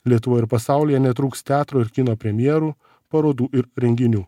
lietuvoj ir pasaulyje netrūks teatro ir kino premjerų parodų ir renginių